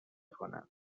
کنند